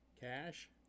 cash